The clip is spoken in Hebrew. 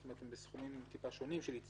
זאת אומרת הם בסכומים שונים שמצטברים.